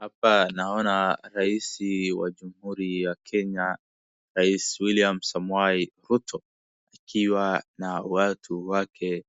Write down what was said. Hapa naona rais wa jamhuri ya Kenya rais William Samoei Ruto akiwa na watu wake